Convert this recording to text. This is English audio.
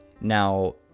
Now